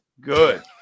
good